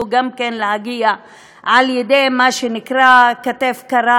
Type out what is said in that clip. גם כן להגיע על-ידי מה שנקרא כתף קרה